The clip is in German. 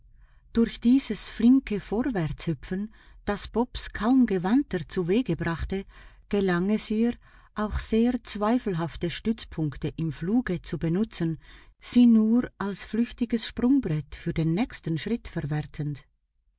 durch dieses flinke vorwärtshüpfen das bobs kaum gewandter zuwege brachte gelang es ihr auch sehr zweifelhafte stützpunkte im fluge zu benutzen sie nur als flüchtiges sprungbrett für den nächsten schritt verwertend